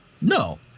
No